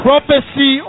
Prophecy